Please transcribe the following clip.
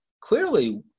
clearly